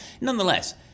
Nonetheless